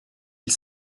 ils